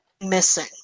missing